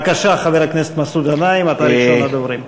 בבקשה, חבר הכנסת מסעוד גנאים, אתה ראשון הדוברים.